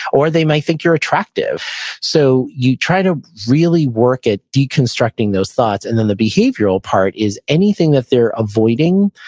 or they might think you're attractive so you try to really work at deconstructing those thoughts. and then the behavioral part is anything that they're avoiding,